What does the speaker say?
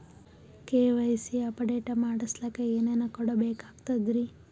KYC update ಮಾಡಸ್ಲಕ ಏನೇನ ಕೊಡಬೇಕಾಗ್ತದ್ರಿ?